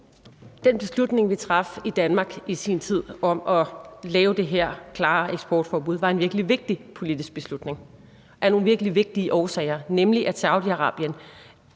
Den beslutning, vi traf i Danmark i sin tid om at lave det her klare eksportforbud, var en virkelig vigtig politisk beslutning af nogle virkelig vigtige årsager, nemlig at Saudi-Arabien